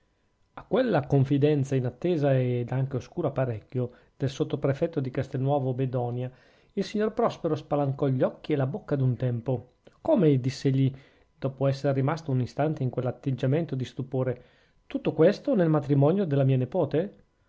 a quella confidenza inattesa ed anche oscura parecchio del sottoprefetto di castelnuovo bedonia il signor prospero spalancò gli occhi e la bocca ad un tempo come diss'egli dopo esser rimasto un istante in quell'atteggiamento di stupore tutto questo nel matrimonio della mia nepote